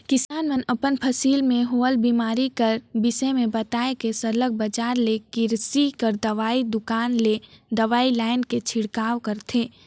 किसान मन अपन फसिल में होवल बेमारी कर बिसे में बताए के सरलग बजार ले किरसी कर दवई दोकान ले दवई लाएन के छिड़काव करथे